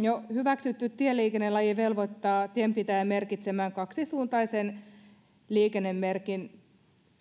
jo hyväksytty tieliikennelaki velvoittaa tienpitäjän merkitsemään kaksisuuntaisen pyörätien liikennemerkin